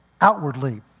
outwardly